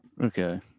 Okay